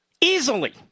Easily